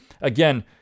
Again